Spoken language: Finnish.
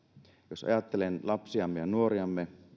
jos ajattelen lapsiamme ja nuoriamme